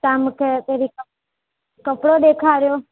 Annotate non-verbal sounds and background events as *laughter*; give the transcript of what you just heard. तव्हां मूंखे *unintelligible* कपिड़ो ॾेखारियो